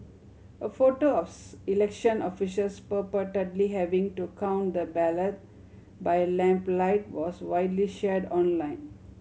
a photo of election officials purportedly having to count the ballot by lamplight was widely shared online